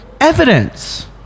evidence